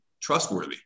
trustworthy